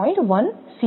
1 C છે